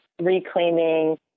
reclaiming